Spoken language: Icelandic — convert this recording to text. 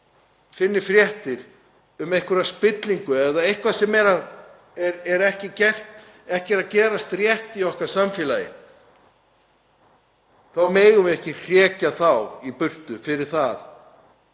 finni fréttir um einhverja spillingu eða eitthvað sem er ekki að gerast rétt í okkar samfélagi, þá megum við ekki hrekja þá í burtu fyrir það